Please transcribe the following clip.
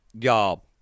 Y'all